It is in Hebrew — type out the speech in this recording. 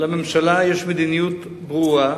לממשלה יש מדיניות ברורה.